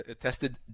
tested